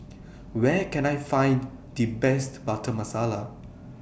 Where Can I Find The Best Butter Masala